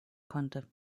konnte